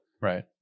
right